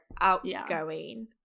outgoing